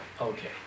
Okay